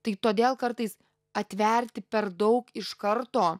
tai todėl kartais atverti per daug iš karto